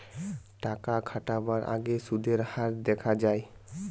টাকা খাটাবার আগেই সুদের হার দেখা যায়